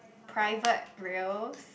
private rails